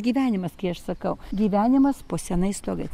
gyvenimas kai aš sakau gyvenimas po senais stogais